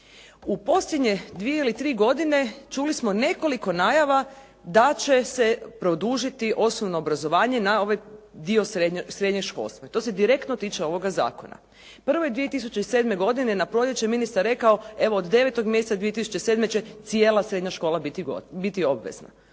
U posljednje dvije ili tri godine čuli smo nekoliko najava da će se produžiti osnovno obrazovanje na ovaj dio srednjeg školstva, to se direktno tiče ovoga zakona. Prvo je 2007. godine na proljeće ministar rekao, evo od 9. mjeseca 2007. će cijela srednja škola biti obvezna.